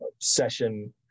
session